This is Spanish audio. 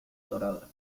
dorada